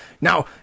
now